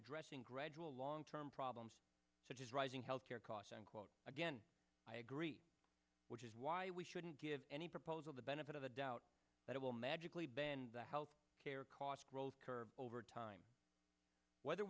addressing gradual long term problems such as rising health care costs and quote again i agree which is why we shouldn't give any proposal the benefit of the doubt that it will magically bend the health care cost growth curve over time whether